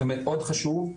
זה מאוד חשוב.